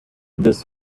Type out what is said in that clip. this